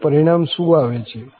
હવે પરિણામ શું આવે છે